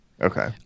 Okay